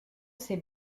ses